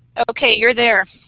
okay, you're there.